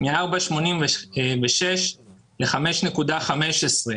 מ-4.86 ל-5.15.